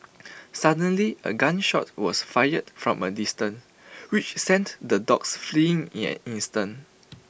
suddenly A gun shot was fired from A distance which sent the dogs fleeing in an instant